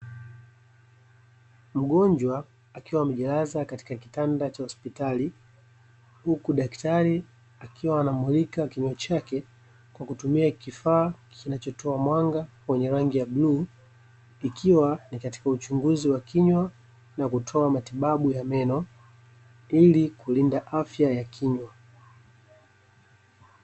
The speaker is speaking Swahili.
Mgonjwa akiwa amejilaza katika kitanda cha hospitali huku daktari akiwa anamulika kinywa chake kwa kutumia kifaa kinachotoa mwanga wenye rangi ya bluu ikiwa ni katika uchinguzi wa kinywa na kutoa matibabu ya meno ili kulinda afya ya kinywa.